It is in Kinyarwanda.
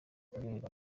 kuryoherwa